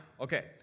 okay